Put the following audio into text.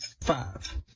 five